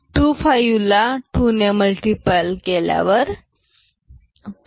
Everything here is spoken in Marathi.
25 ला 2 ने मल्टिपल केल्यावर 0